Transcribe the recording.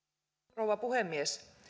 rouva puhemies